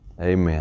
amen